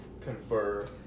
confer